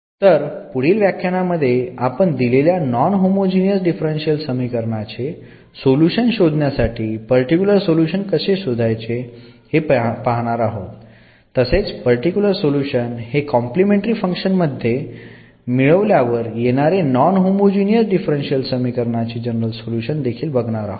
तर पुढील व्याख्यानामध्ये आपण दिलेल्या नॉन होमोजीनियस डिफरन्शियल समीकरण चे सोल्युशन शोधण्यासाठी पर्टिक्युलर सोल्युशन कसे शोधायचे हे पाहणार आहोत तसेच पर्टिक्युलर सोल्युशन हे कॉम्प्लिमेंटरी फंक्शनमध्ये मिळवल्यावर येणारे नॉन होमोजीनियस डिफरन्शियल समीकरण चे जनरल सोल्युशन देखील बघणार आहोत